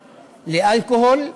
לאלכוהול,